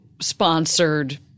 sponsored